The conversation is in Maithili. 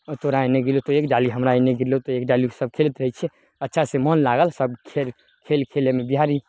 तोरा एन्ने गेलहँ तऽ एक डालि हमरा एन्ने गेलहुँ तऽ एक डालि सभ खेलैत रहय छियै अच्छासँ मोन लागल सभ खेल खेलयमे बिहारी